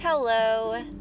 Hello